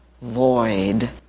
void